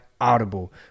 audible